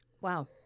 Wow